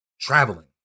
Traveling